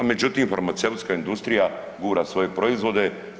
Međutim, farmaceutska industrija gura svoje proizvode.